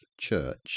Church